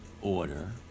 order